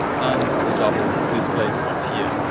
and the double displays up here.